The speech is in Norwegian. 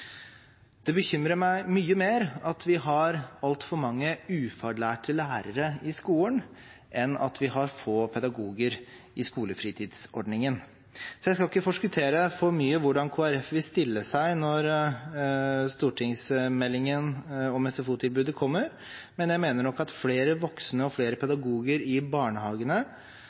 Det bekymrer meg mye mer at vi har altfor mange ufaglærte lærere i skolen, enn at vi har få pedagoger i skolefritidsordningen. Jeg skal ikke forskuttere for mye hvordan Kristelig Folkeparti vil stille seg når stortingsmeldingen om SFO-tilbudet kommer, men jeg mener nok at flere voksne og flere pedagoger i barnehagene